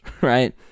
right